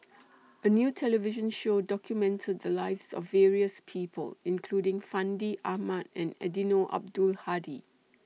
A New television Show documented The Lives of various People including Fandi Ahmad and Eddino Abdul Hadi